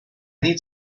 need